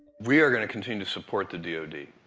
we are going to continue to support the d o d,